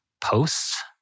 posts